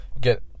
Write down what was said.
get